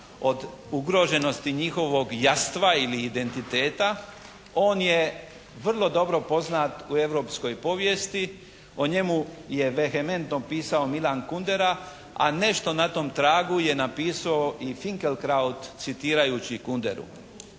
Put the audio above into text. od ugroženosti njihovog jastva ili identiteta, on je vrlo dobro poznat u europskoj povijesti. O njemu je vehementno pisao Milan Kundera, a nešto na tom tragu je napisao i Finkelkraut citirajući Kunderu.